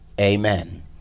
amen